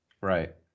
Right